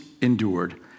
endured